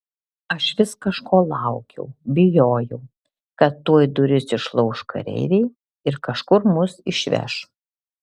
aš vis kažko laukiau bijojau kad tuoj duris išlauš kareiviai ir kažkur mus išveš